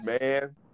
man